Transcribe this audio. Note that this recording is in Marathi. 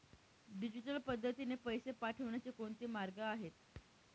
डिजिटल पद्धतीने पैसे पाठवण्याचे कोणते मार्ग आहेत?